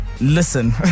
Listen